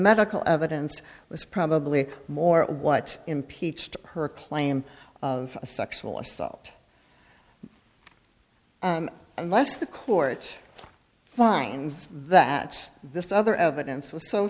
medical evidence was probably more what impeached her claim of a sexual assault and unless the court finds that this other evidence was so